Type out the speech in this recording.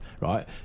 right